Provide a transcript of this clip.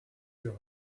your